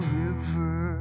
river